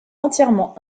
entièrement